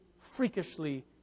freakishly